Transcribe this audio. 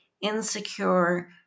insecure